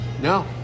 No